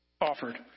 offered